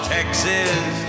Texas